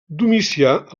domicià